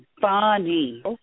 Funny